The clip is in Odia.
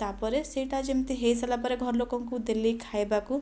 ତା'ପରେ ସେଇଟା ଯେମିତି ହେଇସାରିଲା ପରେ ଘରଲୋକଙ୍କୁ ଦେଲି ଖାଇବାକୁ